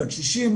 לקשישים,